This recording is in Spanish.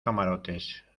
camarotes